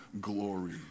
glory